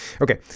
Okay